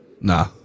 Nah